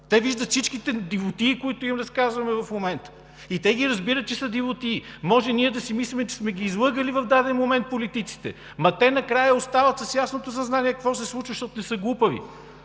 Те виждат всичките дивотии, които им разказваме в момента. И те разбират, че са дивотии. Може ние – политиците, да си мислим, че сме ги излъгали в даден момент, ама те накрая остават с ясното съзнание какво се случва, защото не са глупави!